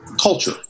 culture